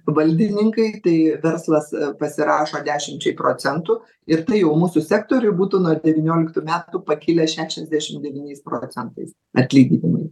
valdininkai tai verslas pasirašo dešimčiai procentų ir tai jau mūsų sektoriui būtų nuo devynioliktų metų pakilęs šešiasdešim devyniais procentais atlyginimai